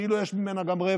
שכאילו יש ממנה גם רווח,